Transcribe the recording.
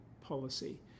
policy